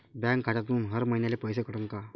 Bank खात्यातून हर महिन्याले पैसे कटन का?